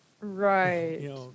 Right